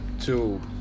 two